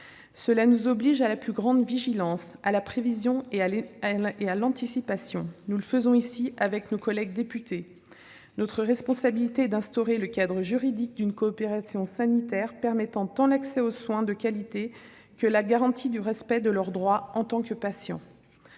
nous oblige à la plus grande vigilance, à la prévision et à l'anticipation, ici et avec nos collègues députés. Notre responsabilité est d'instaurer le cadre juridique d'une coopération sanitaire permettant tant l'accès aux soins de qualité que la garantie du respect des droits des patients.